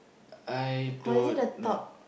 I don't know